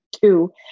two